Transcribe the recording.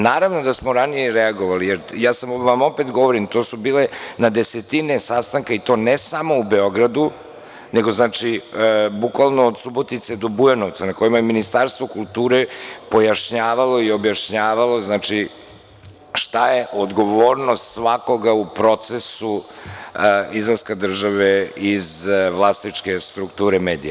Naravno da smo ranije reagovali, jer ja vam opet govorim, to su bile na desetine sastanaka i to ne samo u Beogradu nego znači bukvalno od Subotice do Bujanovca, na kojima je Ministarstvo kulture pojašnjavalo i objašnjavalo šta je odgovornost svakoga u procesu izlaska države iz vlasničke strukture medija.